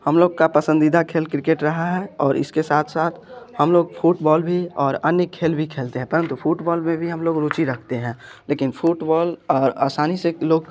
हम लोग का पसंदीदा खेल क्रिकेट रहा है और इसके साथ साथ हम लोग फूटबॉल भी और अन्य खेल भी खेलते हैं परंतु फूटबॉल में भी हम लोग रुचि रखते हैं लेकिन फूटबॉल असानी से लोग